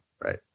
Right